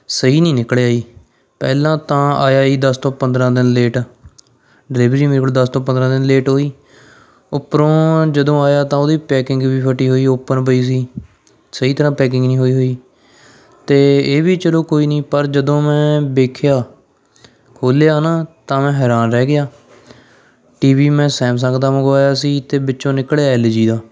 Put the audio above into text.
ਸਹੀ ਨਹੀਂ ਨਿਕਲਿਆ ਜੀ ਪਹਿਲਾਂ ਤਾਂ ਆਇਆ ਹੀ ਦਸ ਤੋਂ ਪੰਦਰਾਂ ਦਿਨ ਲੇਟ ਡਿਲੀਵਰੀ ਮੇਰੇ ਕੋਲ ਦਸ ਤੋਂ ਪੰਦਰਾਂ ਦਿਨ ਲੇਟ ਹੋਈ ਉੱਪਰੋਂ ਜਦੋਂ ਆਇਆ ਤਾਂ ਉਹਦੀ ਪੈਕਿੰਗ ਵੀ ਫਟੀ ਹੋਈ ਓਪਨ ਪਈ ਸੀ ਸਹੀ ਤਰ੍ਹਾਂ ਪੈਕਿੰਗ ਨਹੀਂ ਹੋਈ ਹੋਈ ਅਤੇ ਇਹ ਵੀ ਚਲੋ ਕੋਈ ਨਹੀਂ ਪਰ ਜਦੋਂ ਮੈਂ ਵੇਖਿਆ ਖੋਲ੍ਹਿਆ ਨਾ ਤਾਂ ਮੈਂ ਹੈਰਾਨ ਰਹਿ ਗਿਆ ਟੀ ਵੀ ਮੈਂ ਸੈਮਸੰਗ ਦਾ ਮੰਗਵਾਇਆ ਸੀ ਅਤੇ ਵਿੱਚੋਂ ਨਿਕਲਿਆ ਐੱਲ ਜੀ ਦਾ